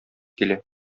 килә